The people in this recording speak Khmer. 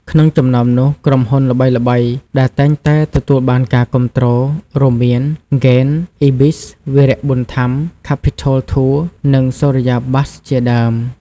ក្នុងចំណោមនោះ ក្រុមហ៊ុនល្បីៗដែលតែងតែទទួលបានការគាំទ្ររួមមានហ្គេន អុីប៊ីស វីរៈ ប៊ុនថាំ ខាភីថូល ធូស៍ និងសូរិយា បាស៍ជាដើម។